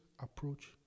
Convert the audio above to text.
approach